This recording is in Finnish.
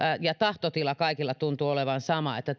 ja tahtotila kaikilla tuntuu olevan sama että